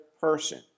person